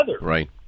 Right